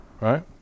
Right